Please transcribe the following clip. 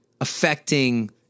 affecting